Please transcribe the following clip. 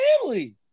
family